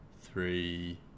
three